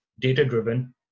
data-driven